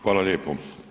Hvala lijepo.